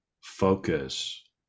focus